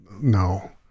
no